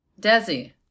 Desi